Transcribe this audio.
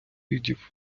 видів